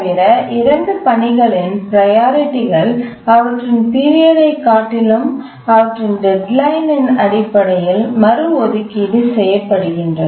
தவிர 2 பணிகளின் ப்ரையாரிட்டி கள் அவற்றின் பீரியட்ஐக் காட்டிலும் அவற்றின் டெட்லைன்ன் அடிப்படையில் மறு ஒதுக்கீடு செய்யப்படுகின்றன